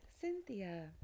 cynthia